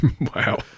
Wow